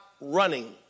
running